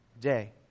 day